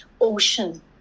ocean